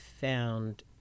found